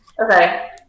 Okay